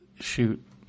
Shoot